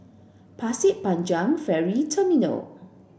Pasir Panjang Ferry Terminal